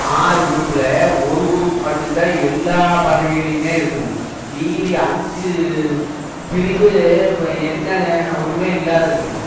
ஆறு குரூப்பில் ஒரு குரூப் மட்டும் தான் எல்லா பதவிலேயுமே இருக்குது மீதி அஞ்சு பிரிவு வ என்னாகுது ஒன்றுமே இல்லாது இருக்குது